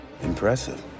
Impressive